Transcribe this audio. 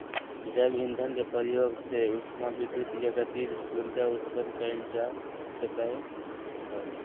जैव ईंधन के प्रयोग से उष्मा विद्युत या गतिज ऊर्जा उत्पन्न कइल जा सकय हइ